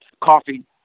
coffee